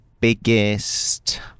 biggest